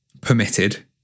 permitted